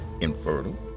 infertile